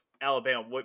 Alabama